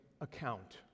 account